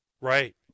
right